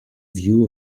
view